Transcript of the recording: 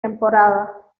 temporada